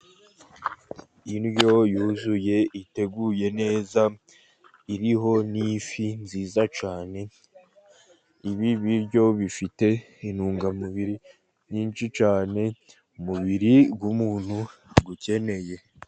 Indyo yuzuye, iteguye neza, iriho n'ifi nziza cyane, ibi biryo bifite intungamubiri nyinshi cyane umubiri w'umuntu akeneye.